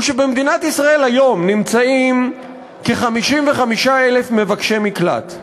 הוא שבמדינת ישראל היום נמצאים כ-55,000 מבקשי מקלט.